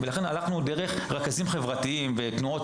לכן הלכנו דרך הרכזים החברתיים ודרך תנועות